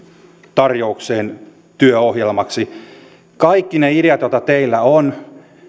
tarjoukseen työohjelmaksi kaikki ne ideat joita teillä on